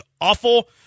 awful